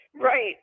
Right